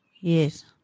Yes